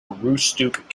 aroostook